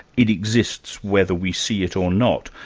it exists, whether we see it or not.